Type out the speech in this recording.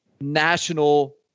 national